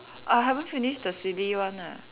oh I haven't finish the silly one ah